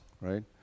right